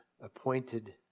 appointed